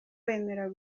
wemera